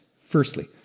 Firstly